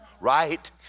right